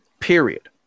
Period